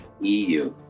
EU